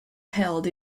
held